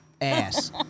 ass